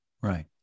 Right